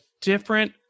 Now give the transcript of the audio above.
different